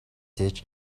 хийж